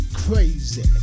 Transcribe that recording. crazy